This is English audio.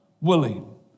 willing